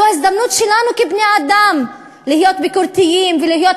זו ההזדמנות שלנו כבני-אדם להיות ביקורתיים ולהיות